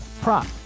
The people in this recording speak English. prop